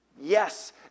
Yes